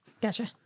gotcha